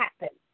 happen